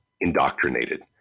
indoctrinated